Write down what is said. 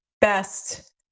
best